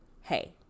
Hey